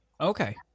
Okay